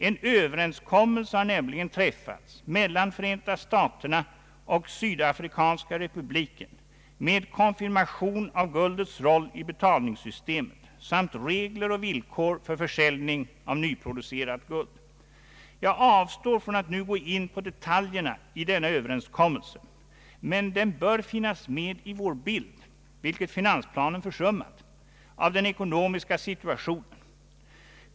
En överenskommelse har nämligen träffats mellan Förenta staterna och Sydafrikanska republiken med konfirmation av guldets roll i betalningssystemet samt regler och villkor för försäljning av nyproducerat guld. Jag avstår från att nu gå in på detaljerna i denna överenskommelse, men den bör finnas med i vår bild, vilket finansplanen försummat, av den ekonomiska situationen.